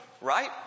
right